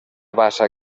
bassa